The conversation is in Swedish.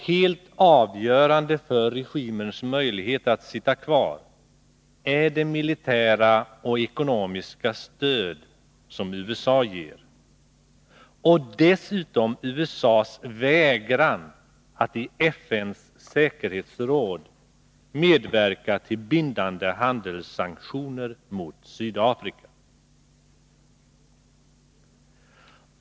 Helt avgörande för regimens möjlighet att sitta kvar är det militära och ekonomiska stöd som USA ger och dessutom USA:s vägran att i FN:s säkerhetsråd medverka till bindande handelssanktioner mot Sydafrika.